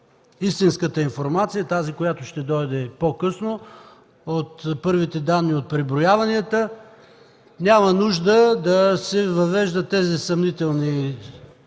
истинската информация, която ще дойде по-късно от първите данни от преброяванията. Няма нужда да се въвеждат тези съмнителни